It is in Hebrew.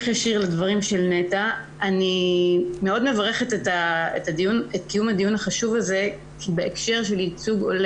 2008. הסעיף עצמו תוקן בשנת 2005 וחשוב לי רגע להתעכב